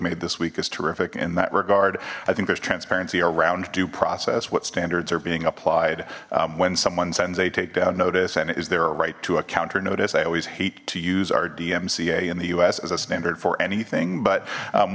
made this week is terrific in that regard i think there's transparency around due process what standards are being applied when someone sends a takedown notice and is there a right to a counter notice i always hate to use our dmca in the us as a standard for anything but